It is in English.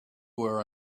were